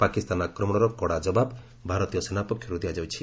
ପାକିସ୍ତାନ ଆକ୍ରମଣର କଡ଼ା ଜବାବ୍ ଭାରତୀୟ ସେନା ପକ୍ଷରୁ ଦିଆଯାଇଛି